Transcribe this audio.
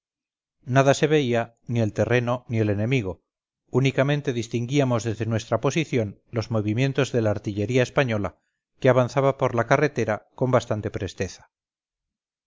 nada se veía ni el terreno ni el enemigo únicamente distinguíamos desde nuestra posición los movimientos de la artillería española que avanzaba por la carretera con bastante presteza